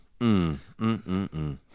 Mm-mm-mm-mm